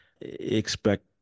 expect